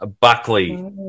Buckley